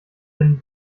denn